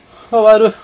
how would I know